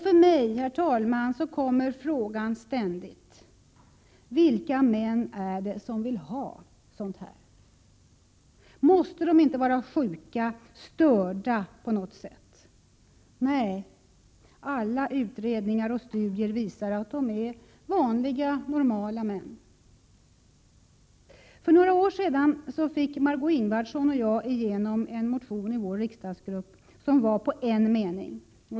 För mig, herr talman, kommer frågan ständigt: Vilka män är det som vill ha sådant här? Måste de inte vara sjuka, störda på något sätt? Nej — alla utredningar och studier visar att de är vanliga normala män. För några år sedan fick Margö Ingvardsson och jag igenom en motion i vår riksdagsgrupp som bestod av en mening.